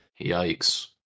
Yikes